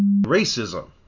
racism